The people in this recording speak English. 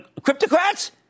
cryptocrats